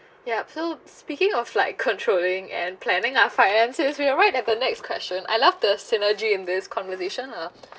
yup so speaking of like controlling and planning our finances we right at the next question I love the synergy in this conversation lah